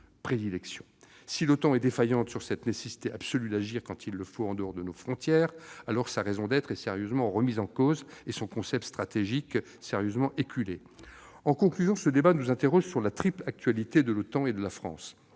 Si l'OTAN est défaillante au regard de cette nécessité absolue d'agir quand il le faut en dehors de nos frontières, alors sa raison d'être est sérieusement remise en question et son concept stratégique est sérieusement éculé. En conclusion, ce débat nous amène à nous interroger sur la triple actualité de l'OTAN et de la France